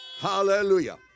Hallelujah